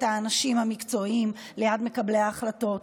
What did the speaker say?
האנשים המקצועיים שליד מקבלי ההחלטות.